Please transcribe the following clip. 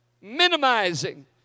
minimizing